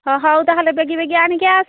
ହଁ ହଉ ତାହେଲେ ବେଗି ବେଗି ଆଣିକି ଆସେ